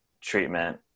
treatment